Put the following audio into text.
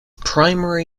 primary